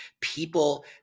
people